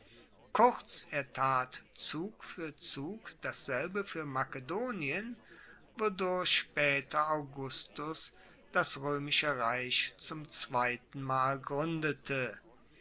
kurz er tat zug fuer zug dasselbe fuer makedonien wodurch spaeter augustus das roemische reich zum zweitenmal gruendete